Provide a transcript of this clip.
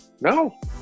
No